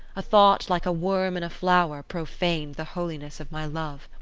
a thought, like a worm in a flower, profaned the holiness of my love.